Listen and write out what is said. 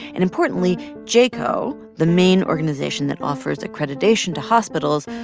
and importantly, jcaho, the main organization that offers accreditation to hospitals,